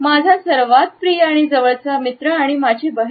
माझा सर्वात प्रिय जवळचा मित्र आणि माझी बहिण